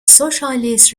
socialist